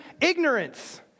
ignorance